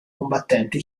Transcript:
combattenti